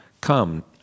Come